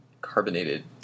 carbonated